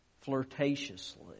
flirtatiously